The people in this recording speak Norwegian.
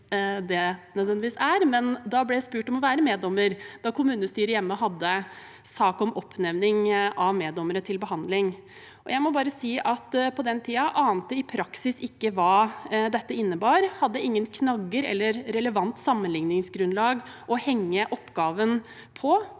er, nødvendigvis – ble jeg spurt om å være meddommer da kommunestyret hjemme hadde en sak om oppnevning av meddommere til behandling. Jeg må bare si at jeg på den tiden i praksis ikke ante hva dette innebar, og jeg hadde ingen knagger eller relevant sammenligningsgrunnlag å henge oppgaven på.